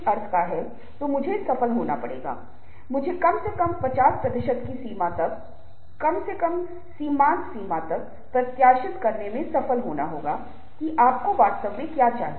इसलिए जब हम संगीत के बारे में बात कर रहे हैं तो हम यह देखेंगे कि संगीत कैसे संवाद करता है संगीत की विभिन्न विशेषताएं हैं जो महत्वपूर्ण भूमिका निभाती हैं